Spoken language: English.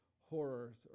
horrors